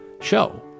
show